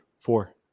Four